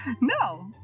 No